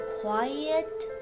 quiet